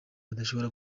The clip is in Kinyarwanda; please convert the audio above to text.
badashobora